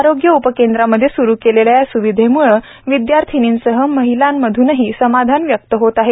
आरोग्य उपकेंद्रामध्ये सुरू केलेल्या या सुविधेमुळे विदयार्थिनींसह महिलांमधनही समाधान व्यक्त होत आहे